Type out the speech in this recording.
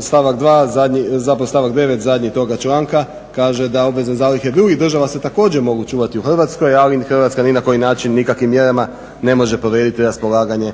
stavak 2. zapravo stavak 9. zadnji toga članka kaže da obvezne zalihe drugih država se također mogu čuvati u Hrvatskoj ali Hrvatska ni na koji način nikakvim mjerama ne može povrijediti raspolaganje